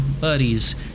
buddies